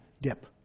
dip